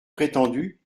prétendu